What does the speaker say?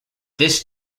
this